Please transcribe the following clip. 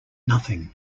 nothing